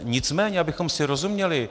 Nicméně abychom si rozuměli.